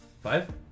Five